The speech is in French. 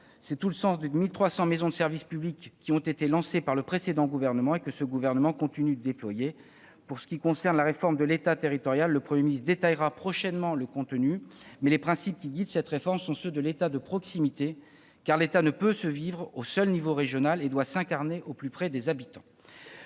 C'est tout le sens des 1 300 maisons de service au public qui ont été lancées par le précédent gouvernement et que nous continuons de déployer. Pour ce qui concerne la réforme de l'État territorial, le Premier ministre détaillera prochainement son contenu. Mais les principes qui guident cette réforme sont ceux de l'État de proximité, car l'État ne peut se vivre au seul niveau régional et doit s'incarner au plus près des habitants.